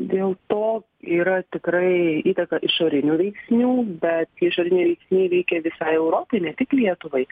dėl to yra tikrai įtaka išorinių veiksnių bet tie išoriniai veiksniai veikia visai europai ne tik lietuvai